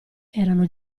erano